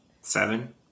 seven